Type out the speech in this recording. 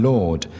Lord